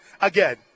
Again